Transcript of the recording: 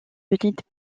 petites